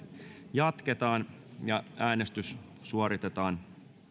jatketaan ja äänestys suoritetaan